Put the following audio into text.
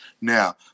Now